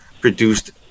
produced